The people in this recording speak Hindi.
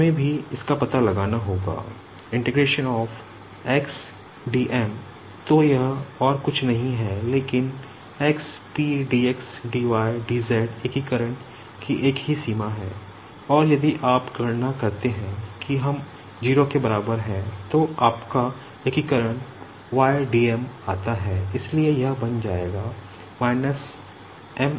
हमें भी इसका पता लगाना होगा तो यह और कुछ नहीं है लेकिन इंटीग्रेशन की एक ही सीमा है और यदि आप गणना करते हैं कि हम 0 के बराबर है तो आपका एकीकरण y dm आता है इसलिए यह बन जाएगा m l 2